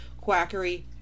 quackery